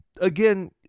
again